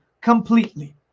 completely